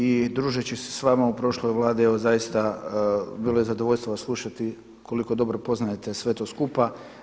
I družeći se sa vama u prošloj Vladi, evo zaista bilo je zadovoljstvo vas slušati koliko dobro poznajete sve to skupa.